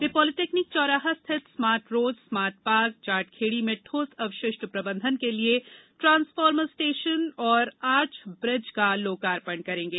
वे polytechnic चौराहा स्थित smart road smart park Jat Khedi में ठोस अवशिष्ट प्रबंधन के लिये ट्रांसफार्मर स्टेशन और आर्च ब्रिज का लोकार्पण करेंगे